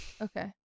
Okay